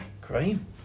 cream